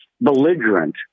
belligerent